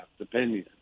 opinion